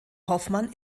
hoffmann